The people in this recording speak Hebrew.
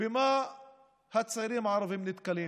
במה הצעירים הערבים נתקלים?